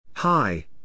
Hi